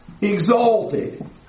exalted